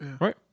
Right